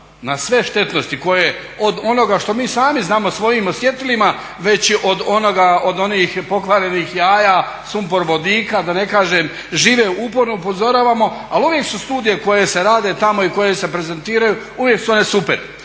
na sve štetnosti koje od onoga što mi sami znamo svojim osjetilima već i od onih pokvarenih jaja sumpor vodika, da ne kažem žive uporno upozoravamo. Ali uvijek su studije koje se rade tamo i koje se prezentiraju uvijek su one super,